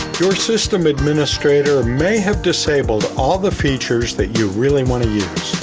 your system administrator may have disabled all the features that you really want to use.